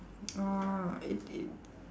uh it it